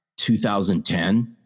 2010